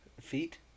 Feet